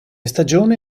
stagione